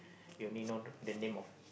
you only know the the name of